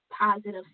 positive